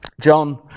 John